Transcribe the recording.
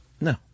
No